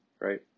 right